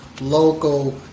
local